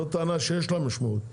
זאת טענה שיש לה משמעות,